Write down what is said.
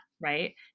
right